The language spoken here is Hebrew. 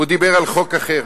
הוא דיבר על חוק אחר.